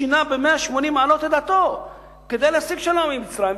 שינה במאה ושמונים מעלות את דעתו כדי להשיג שלום עם מצרים,